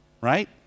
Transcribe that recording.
right